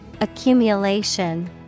Accumulation